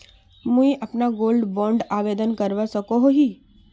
मुई अपना gold bond आवेदन करवा सकोहो ही?